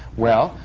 well,